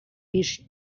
vist